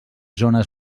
zones